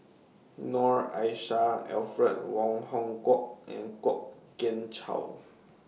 Noor Aishah Alfred Wong Hong Kwok and Kwok Kian Chow